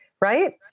right